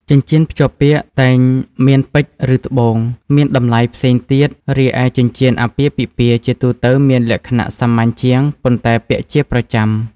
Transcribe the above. ចិញ្ចៀនភ្ជាប់ពាក្យតែងមានពេជ្រ ឬ ត្បូង មានតម្លៃផ្សេងទៀត រីឯចិញ្ចៀនអាពាហ៍ពិពាហ៍ជាទូទៅមានលក្ខណៈសាមញ្ញជាង ប៉ុន្តែពាក់ជាប្រចាំ។"